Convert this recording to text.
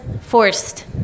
forced